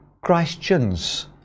Christians